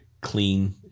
clean